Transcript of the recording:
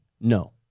No